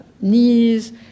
knees